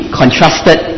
contrasted